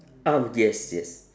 um yes yes